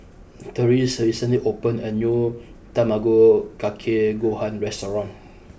Therese recently opened a new Tamago Kake Gohan restaurant